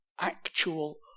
actual